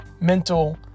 mental